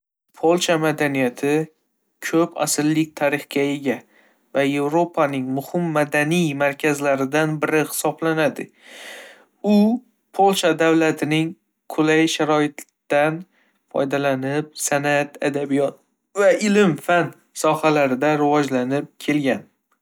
Polsha madaniyati ko'p asrlik tarixga ega va Yevropaning muhim madaniy markazlaridan biri hisoblanadi. U Polsha davlatining qulay sharoitidan foydalanib, san'at, adabiyot va ilm-fan sohalarida rivojlanib kelgan.